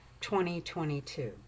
2022